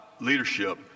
leadership